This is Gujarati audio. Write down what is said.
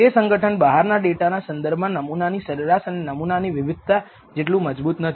તે સંગઠન બહારના ડેટા ના સંદર્ભમાં નમુનાની સરેરાશ અને નમુનાની વિવિધતા જેટલું મજબુત નથી